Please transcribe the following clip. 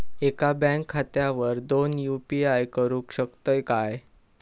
एका बँक खात्यावर दोन यू.पी.आय करुक शकतय काय?